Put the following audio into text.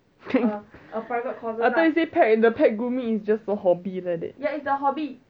pet the pet grooming is just a hobby like that